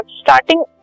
starting